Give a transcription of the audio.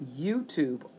YouTube